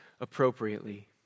appropriately